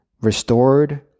restored